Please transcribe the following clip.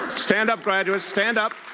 stand up graduates, stand up.